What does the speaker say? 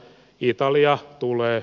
italia tulee